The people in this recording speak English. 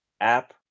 app